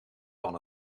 van